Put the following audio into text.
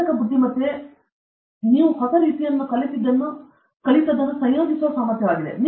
ಕೃತಕ ಬುದ್ಧಿಮತ್ತೆ ನೀವು ಹೊಸ ರೀತಿಯಲ್ಲಿ ಕಲಿತದ್ದನ್ನು ಸಂಯೋಜಿಸುವ ಸಾಮರ್ಥ್ಯವಾಗಿದೆ